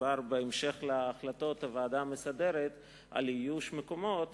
מדובר בהמשך להחלטות הוועדה המסדרת על איוש מקומות